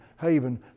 haven